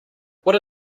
what